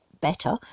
better